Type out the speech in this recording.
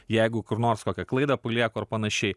jeigu kur nors kokią klaidą palieku ar panašiai